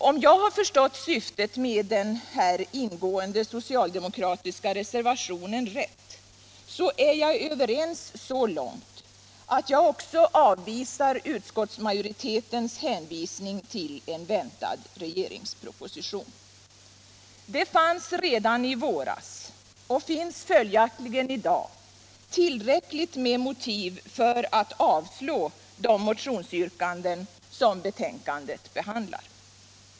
Om jag har förstått syftet med den ingående socialdemokratiska reservationen rätt, så är jag överens med den så långt att också jag avvisar 101 utskottsmajoritetens hänvisning till en väntad regeringsproposition. Det fanns redan i våras, och finns följaktligen också i dag, tillräckligt med motiv för att avslå de motionsyrkanden som betänkandet behandlar.